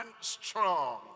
strong